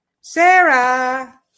Sarah